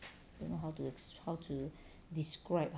don't know how to how to describe